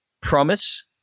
promise